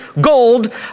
gold